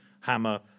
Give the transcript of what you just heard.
Hammer